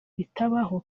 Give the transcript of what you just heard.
bitabaho